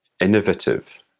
innovative